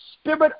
spirit